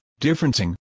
differencing